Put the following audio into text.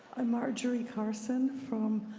i'm marjorie carson from